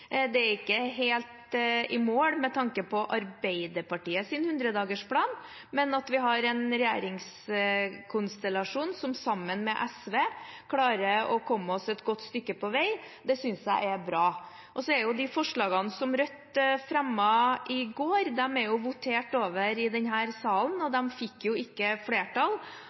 Det er ikke å være helt i mål med tanke på Arbeiderpartiets 100-dagersplan, men at vi har en regjeringskonstellasjon som sammen med SV klarer å komme seg et godt stykke på vei, synes jeg er bra. De forslagene som Rødt fremmet i går, ble det votert over i denne salen, og de fikk ikke flertall.